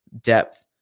depth